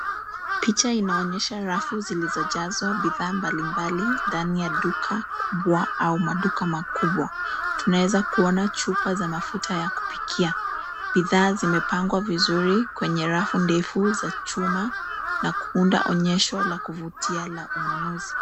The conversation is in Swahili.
Picha inaonyesha rafu zilizojazwa bidhaa mbalimbali ndani ya duka kubwa au maduka makubwa. Tunaeza kuona chupa za mafuta ya kupikia. Bidhaa zimepangwa vizuri kwenye rafu ndefu za chuma na kuunda onyesho la kuvutia la ununuzi.